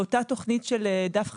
באותה תוכנית של דף חדש,